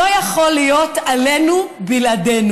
לא יכול להיות "עלינו בלעדינו".